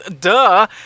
Duh